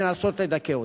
לנסות לדכא אותה.